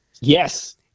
Yes